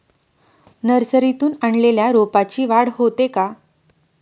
नर्सरीतून आणलेल्या रोपाची वाढ होते का?